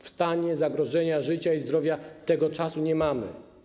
W stanie zagrożenia życia i zdrowia tego czasu nie mamy.